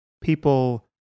people